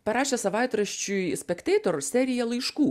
parašė savaitraščiui spekteitor seriją laiškų